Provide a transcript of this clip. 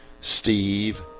steve